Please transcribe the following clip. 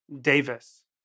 Davis